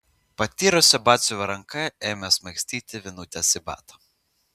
patyrusi batsiuvio ranka ėmė smaigstyti vinutes į batą